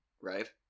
Right